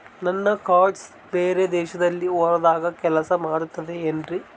ನನ್ನ ಕಾರ್ಡ್ಸ್ ಬೇರೆ ದೇಶದಲ್ಲಿ ಹೋದಾಗ ಕೆಲಸ ಮಾಡುತ್ತದೆ ಏನ್ರಿ?